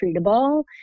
treatable